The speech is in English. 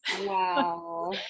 Wow